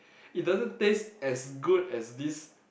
it doesn't taste as good as this